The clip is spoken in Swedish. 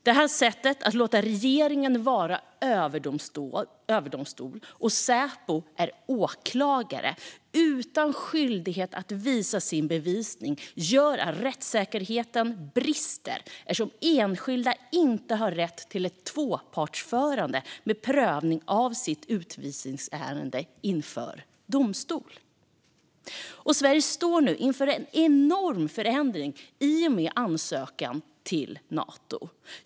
Det här sättet att låta regeringen vara överdomstol och Säpo åklagare utan skyldighet att redovisa sin bevisning gör att rättssäkerheten brister. Enskilda har nämligen inte rätt till ett tvåpartsförfarande med prövning av sitt utvisningsärende inför domstol. Sverige står nu inför en enorm förändring i och med sin ansökan till Nato.